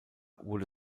wurde